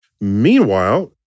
Meanwhile